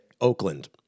Oakland